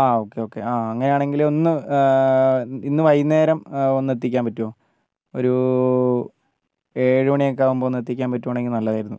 ആ okay okay ആ അങ്ങനെയാണെങ്കിൽ ഒന്ന് ഇന്ന് വൈകുന്നേരം ഒന്നെത്തിക്കാൻ പറ്റുമോ ഒരു ഏഴുമണിയൊക്കെ ആവുമ്പോൾ ഒന്നെത്തിക്കാൻ പറ്റുവാണെങ്കിൽ നല്ലതായിരുന്നു